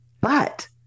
But-